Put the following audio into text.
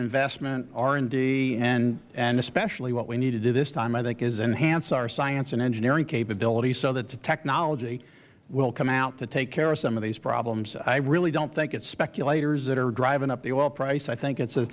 investment r and d and especially what we need to do this time i think is enhance our science and engineering capabilities so that the technology will come out to take care of some of these problems i really don't think it is speculators that are driving up the oil price i think it